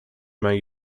may